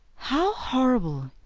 how horrible!